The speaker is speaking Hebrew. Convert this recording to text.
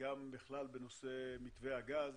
וגם בכלל בנושא מתווה הגז,